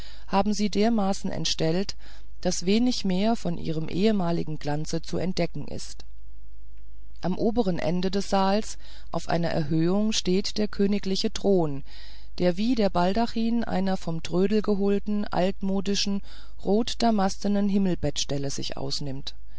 haben sie dermaßen entstellt daß wenig mehr von ihrem ehemaligen glanze zu entdecken ist am oberen ende des saals auf einer erhöhung steht der königliche thron der wie der baldachin einer vom trödel geholten altmodischen rotdamastenen himmelbettstelle sich ausnimmt